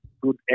good